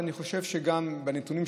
אני חושב שגם לפי הנתונים,